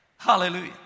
hallelujah